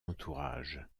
entourage